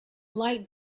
light